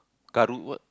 karu~ what